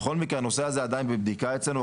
בכל מקרה הנושא הזה עדיין בבדיקה אצלנו,